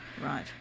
Right